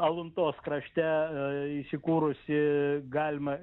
aluntos krašte įsikūrusi galima